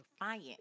Defiant